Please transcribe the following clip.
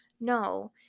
No